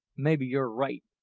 maybe you're right,